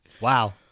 Wow